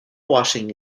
washing